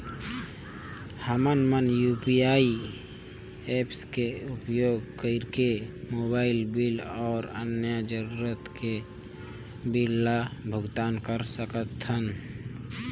हमन मन UPI apps के उपयोग करिके मोबाइल बिल अऊ अन्य जरूरत के बिल ल भुगतान कर सकथन